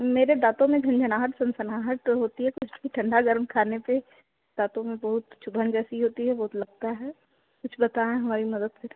मेरे दातों में झंझनाहट संसनाहट होती है कुछ भी ठंडा गरम खाने पे दाँतों मे बहुत चुभन जैसी होती है